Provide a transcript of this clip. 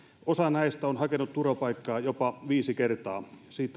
osa näistä on hakenut turvapaikkaa jopa viisi kertaa